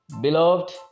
Beloved